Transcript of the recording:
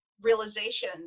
realization